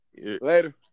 Later